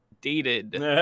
dated